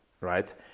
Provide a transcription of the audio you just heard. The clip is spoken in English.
right